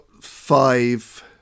five